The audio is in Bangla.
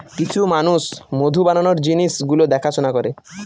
কিছু মানুষ মধু বানানোর জিনিস গুলো দেখাশোনা করে